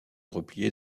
replier